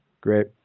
Great